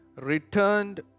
returned